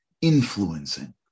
influencing